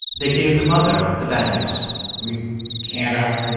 they gave the mother the bad news we can't operate